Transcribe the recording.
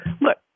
Look